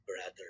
brother